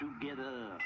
together